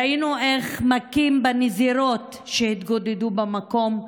ראינו איך מכים בנזירות שהתגודדו במקום.